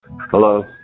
Hello